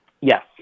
Yes